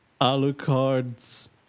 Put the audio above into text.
Alucard's